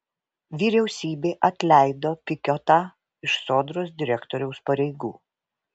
vyriausybė atleido pikiotą iš sodros direktoriaus pareigų